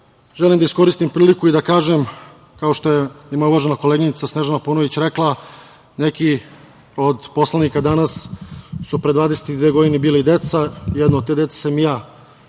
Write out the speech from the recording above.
želim da iskoristim priliku i da kažem, kao što je i moja uvažena koleginica, Snežana Paunović rekla, neki od poslanika danas su pre 22 godine bili deca, jedno od te dece sam i